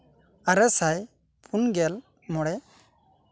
ᱟᱨᱮ ᱥᱟᱭ ᱯᱩᱱ ᱜᱮᱞ ᱢᱚᱬᱮ